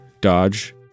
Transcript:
Dodge